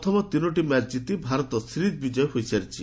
ପ୍ରଥମ ତିନୋଟି ମ୍ୟାଚ୍ ଜିତି ଭାରତ ସିରିଜ୍ ବିଜୟୀ ହୋଇସାରିଛି